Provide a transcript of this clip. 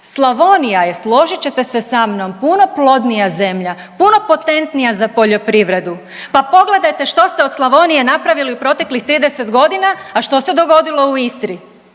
Slavonija je složit ćete se sa mnom puno plodnija zemlja, puno potentnija za poljoprivredu pa pogledajte što ste od Slavonije napravili u proteklih 30 godina, a što se dogodilo u Istri.